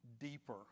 deeper